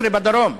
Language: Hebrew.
בן 12 בדרום.